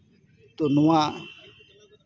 ᱛᱚ ᱱᱚᱣᱟ